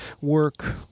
work